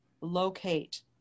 locate